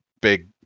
big